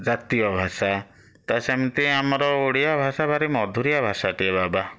ଜାତୀୟ ଭାଷା ତ ସେମିତି ଆମର ଓଡ଼ିଆ ଭାଷା ଭାରି ମଧୁରିଆ ଭାଷାଟିଏ ବାବା